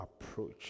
approach